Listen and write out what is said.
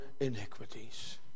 iniquities